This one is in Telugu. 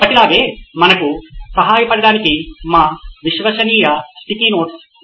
ఎప్పటిలాగే మనకు సహాయపడటానికి మా విశ్వసనీయ స్టిక్కీ నోట్స్ ఉన్నాయి